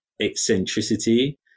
eccentricity